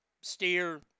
Steer